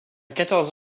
quatorze